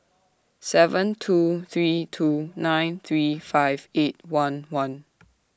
seven two three two nine three five eight one one